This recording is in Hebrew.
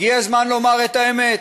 הגיע הזמן לומר את האמת.